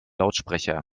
lautsprecher